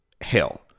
hell